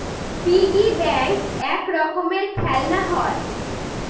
piggy bank এক রকমের খেলনা হয়